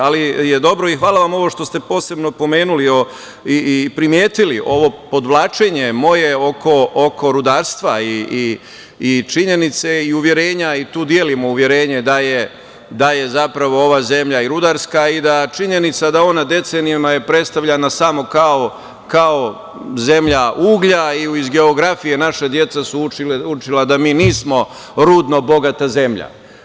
Ali je dobro i hvala za ovo što ste posebno pomenuli i primetili, ovo podvlačenje moje oko rudarstva i činjenice i uverenja i tu delimo uverenje da je zapravo ova zemlja i rudarska i da činjenica da je ona decenijama predstavljana samo kao zemlja uglja i iz geografije naše deca su učila da mi nismo rudno bogata zemlja.